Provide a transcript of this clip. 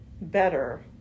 better